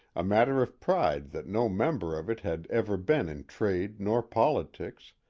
a matter of pride that no member of it had ever been in trade nor politics,